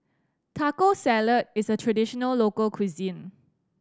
Taco Salad is a traditional local cuisine